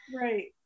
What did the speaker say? Right